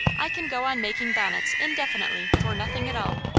i can go on making bonnets indefinitely for nothing at all.